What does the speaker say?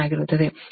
ಆದ್ದರಿಂದ PS 7